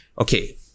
okay